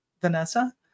Vanessa